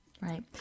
Right